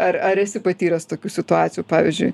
ar ar esi patyręs tokių situacijų pavyzdžiui